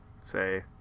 say